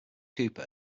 cooper